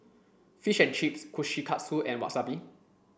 Fish and Chips Kushikatsu and Wasabi